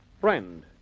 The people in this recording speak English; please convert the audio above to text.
Friend